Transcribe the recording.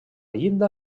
llinda